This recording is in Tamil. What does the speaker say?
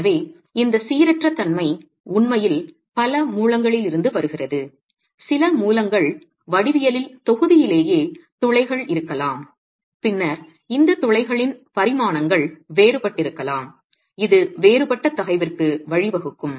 எனவே இந்த சீரற்ற தன்மை உண்மையில் பல மூலங்களில் இருந்து வருகிறது சில மூலங்கள் வடிவியலில் தொகுதியிலேயே துளைகள் இருக்கலாம் பின்னர் இந்த துளைகளின் பரிமாணங்கள் வேறுபட்டிருக்கலாம் இது வேறுபட்ட தகைவிற்கு வழிவகுக்கும்